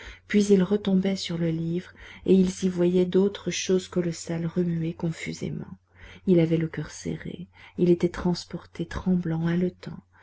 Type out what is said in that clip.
puis ils retombaient sur le livre et ils y voyaient d'autres choses colossales remuer confusément il avait le coeur serré il était transporté tremblant